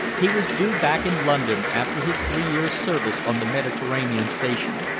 he was due back in london after his three years' service on the mediterranean station.